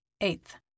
Eighth